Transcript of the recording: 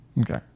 Okay